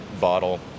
bottle